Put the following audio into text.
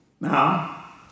Now